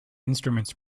instruments